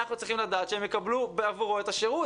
אנחנו צריכים לדעת שהם יקבלו בעבורו את השירות.